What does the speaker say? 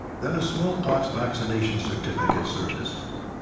then a smallpox vaccination certificate surfaced.